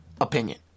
opinion